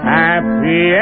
happy